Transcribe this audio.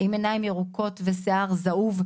עם עיניים ירוקות ושיער זהוב,